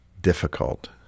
difficult